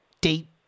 deep